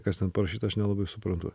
kas ten parašyta aš nelabai suprantu